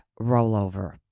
rollover